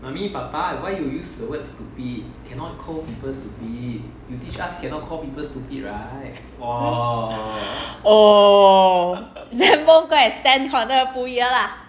oh then both go stand at corner pull ear lah